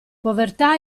povertà